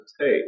take